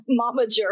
Momager